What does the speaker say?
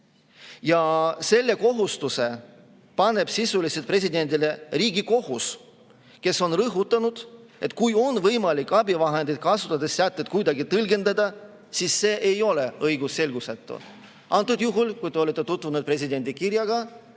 Ja selle kohustuse paneb sisuliselt presidendile Riigikohus, kes on rõhutanud, et kui on võimalik abivahendeid kasutades sätet kuidagi tõlgendada, siis see ei ole õigusselgusetu. Antud juhul – kui te olete tutvunud presidendi kirjaga,